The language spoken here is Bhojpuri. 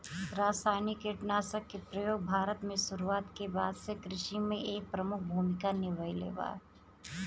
रासायनिक कीटनाशक के प्रयोग भारत में शुरुआत के बाद से कृषि में एक प्रमुख भूमिका निभाइले बा